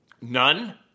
None